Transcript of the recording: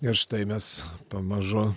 ir štai mes pamažu